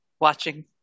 Watching